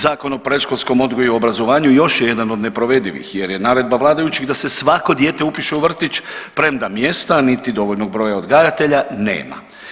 Zakon o predškolskom odgoju i obrazovanju još je jedan od neprovedivih jer je naredba vladajućih da se svako dijete upiše u vrtić premda mjesta niti dovoljnog broja odgajatelja nema.